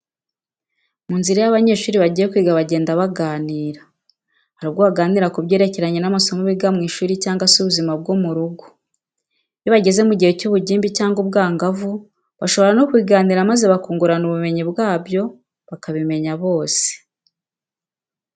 Mu nzira iyo abanyeshuri bagiye kwiga bajyenda baganira, hari ubwo baganira kubyerekeranye n'amasomo biga mu ishuri cyangwa se ubuzima bwo mu rugo. Iyo bageze mu gihe cy'ubugimbi cyangwa ubwangavu bashobora no kubiganiraho maze bakungurana ubumenyi bwabyo bakabimenya bose.